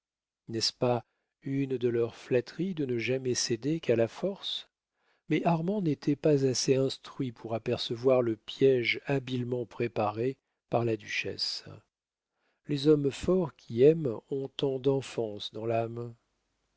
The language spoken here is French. n'est-ce pas une de leurs flatteries de ne jamais céder qu'à la force mais armand n'était pas assez instruit pour apercevoir le piége habilement préparé par la duchesse les hommes forts qui aiment ont tant d'enfance dans l'âme